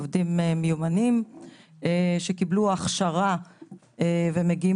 עובדים מיומנים שקיבלו הכשרה ומגיעים